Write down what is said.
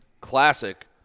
classic